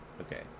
Okay